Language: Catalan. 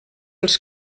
els